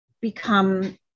become